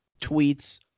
tweets